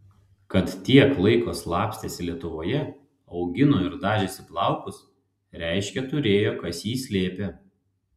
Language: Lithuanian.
kad tiek laiko slapstėsi lietuvoje augino ir dažėsi plaukus reiškia turėjo kas jį slėpė